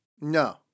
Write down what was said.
No